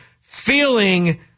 feeling